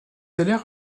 allèrent